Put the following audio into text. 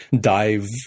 dive